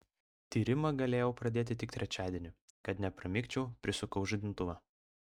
tyrimą galėjau pradėti tik trečiadienį kad nepramigčiau prisukau žadintuvą